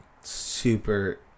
super